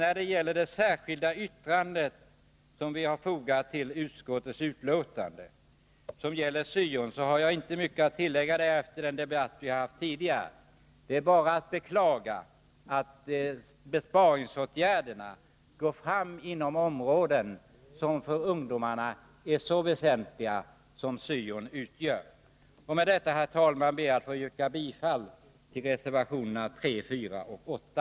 När det gäller det särskilda yttrandet som vi fogat till utskottets betänkande i fråga om syo-verksamheten har jag inte mycket att tillägga till den debatt vi fört tidigare. Det är bara att beklaga att besparingsåtgärderna går ut över områden som för ungdomarna är så väsentliga som syon. Med detta, herr talman, ber jag att få yrka bifall till reservationerna 3, 4 och 8.